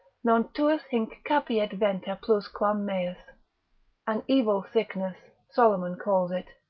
non tuus hinc capiet venter plus quam meus an evil sickness, solomon calls it,